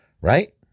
right